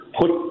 put